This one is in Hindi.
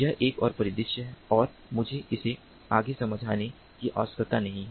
यह एक और परिदृश्य है और मुझे इसे आगे समझाने की आवश्यकता नहीं है